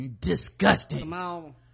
disgusting